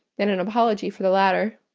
than an apology for the latter.